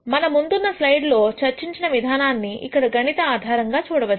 మన ముందున్న స్లైడ్ లో చర్చించిన విధానాన్ని ఇక్కడ గణిత ఆధారంగా చూడవచ్చు